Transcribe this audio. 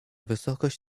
wysokość